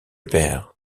père